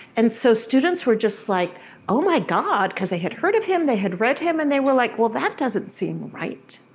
and so students were just like oh my god. cause they had heard of him, they had read him, and they were like well, that doesn't seem right.